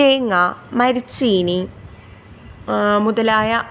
തേങ്ങ മരച്ചീനി മുതലായ